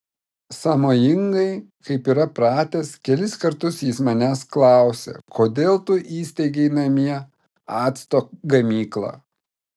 sąmojingai kaip yra pratęs kelis kartus jis manęs klausė kodėl tu įsteigei namie acto gamyklą